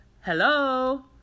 Hello